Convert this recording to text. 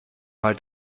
mal